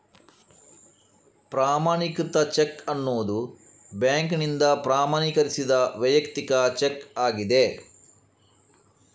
ಪ್ರಮಾಣೀಕೃತ ಚೆಕ್ ಅನ್ನುದು ಬ್ಯಾಂಕಿನಿಂದ ಪ್ರಮಾಣೀಕರಿಸಿದ ವೈಯಕ್ತಿಕ ಚೆಕ್ ಆಗಿದೆ